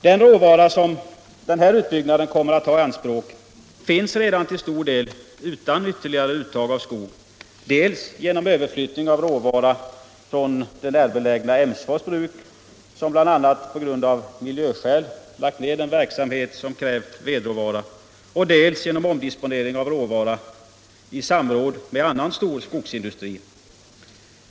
Den råvara som den här utbyggnaden kommer att ta i anspråk finns redan till stor del utan ytterligare uttag av skog — dels genom överflyttning av råvara från det närbelägna Emsfors bruk, som bl.a. av miljöskäl lagt ner den verksamhet som krävt vedråvara, dels genom omdisponering av råvara i samråd med annan stor skogsindustri.